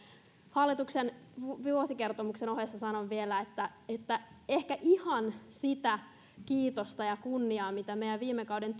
hallituksen vuosikertomuksen ohessa sanon vielä että ehkä ihan sitä kiitosta ja kunniaa mitä meidän viime kauden